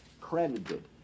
credited